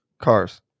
cars